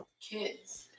kids